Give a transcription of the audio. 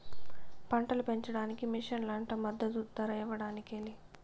పంటలు పెంచడానికి మిషన్లు అంట మద్దదు ధర ఇవ్వడానికి లే